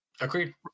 Agreed